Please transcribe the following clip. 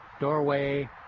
doorway